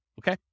okay